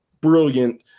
brilliant